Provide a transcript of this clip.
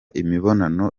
imibonano